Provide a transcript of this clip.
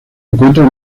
encuentran